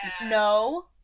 no